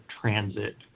transit